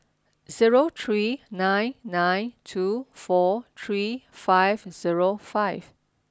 zero three nine nine two four three five zero five